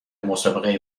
مسابقه